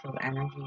energy